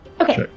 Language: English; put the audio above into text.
Okay